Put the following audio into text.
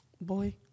Boy